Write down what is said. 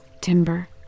timber